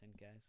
guys